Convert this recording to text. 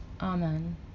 Amen